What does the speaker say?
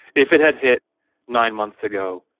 if it had hit nine months ago,